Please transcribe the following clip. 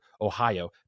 Ohio